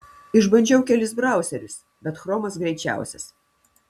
išbandžiau kelis brauserius bet chromas greičiausias